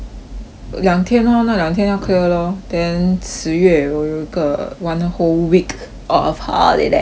两天 orh 那两天要 clear lor then 十月我有一个 one whole week of holiday